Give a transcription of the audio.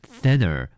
thinner